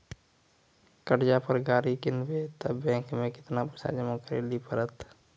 कर्जा पर गाड़ी किनबै तऽ बैंक मे केतना पैसा जमा करे लेली पड़त?